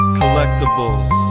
collectibles